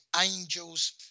angels